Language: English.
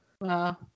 Wow